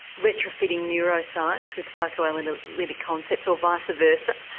retrofitting neuroscience with psychoanalytic concepts or vice versa?